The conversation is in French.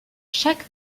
chaque